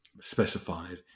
specified